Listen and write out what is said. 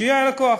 שהיא הלקוח.